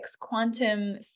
quantum